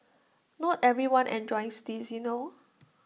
not everyone enjoys this you know